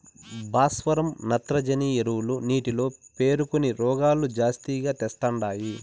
భాస్వరం నత్రజని ఎరువులు నీటిలో పేరుకొని రోగాలు జాస్తిగా తెస్తండాయి